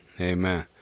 Amen